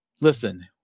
listen